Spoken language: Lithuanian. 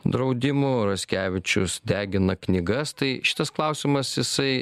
draudimo raskevičius degina knygas tai šitas klausimas jisai